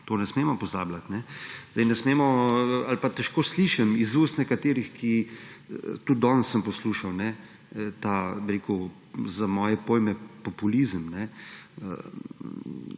to ne smemo pozabljati. Ne smemo ali pa težko slišim iz ust nekaterih, tudi danes sem poslušal ta za moje pojme, populizem.